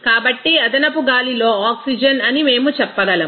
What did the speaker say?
కాబట్టి అదనపు గాలిలో ఆక్సిజన్ అని మేము చెప్పగలం